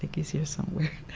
think he's here somewhere.